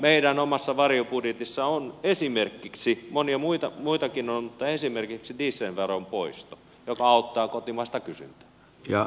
meidän omassa varjobudjetissamme on esimerkiksi monia muitakin on dieselveron poisto joka auttaa kotimaista kysyntää